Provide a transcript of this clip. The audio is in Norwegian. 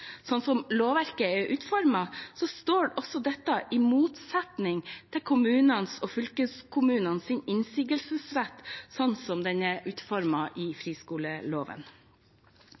Sånn som lovverket er utformet, står også dette i motsetning til kommunenes og fylkeskommunenes innsigelsesrett, sånn som den er utformet i friskoleloven.